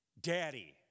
daddy